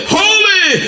holy